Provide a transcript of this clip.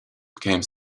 became